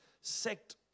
sect